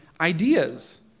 ideas